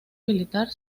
militar